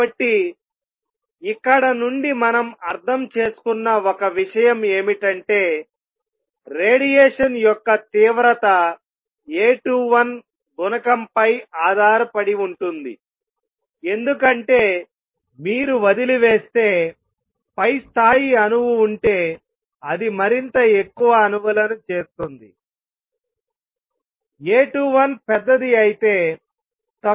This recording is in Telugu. కాబట్టి ఇక్కడ నుండి మనం అర్థం చేసుకున్న ఒక విషయం ఏమిటంటే రేడియేషన్ యొక్క తీవ్రత A21 గుణకంపై ఆధారపడి ఉంటుంది ఎందుకంటే మీరు వదిలి వేస్తే పై స్థాయి అణువు ఉంటే అది మరింత ఎక్కువ అణువులను చేస్తుందిA21 పెద్దది అయితే తక్కువ స్థాయికి మారుతుంది